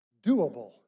doable